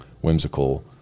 whimsical